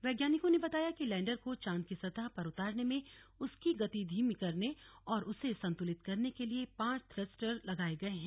वैज्ञानिकों ने बताया कि लैंडर को चांद की सतह पर उतारने में उसकी गति धीमी करने और उसे संतुलित करने के लिए पांच थस्टर लगाए गए हैं